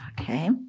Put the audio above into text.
Okay